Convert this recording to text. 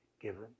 given